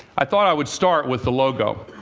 i thought i would start with the logo.